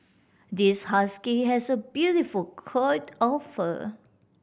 this husky has a beautiful coat of fur